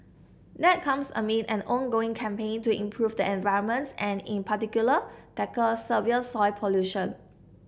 that comes amid an ongoing campaign to improve the environment and in particular tackle severe soil pollution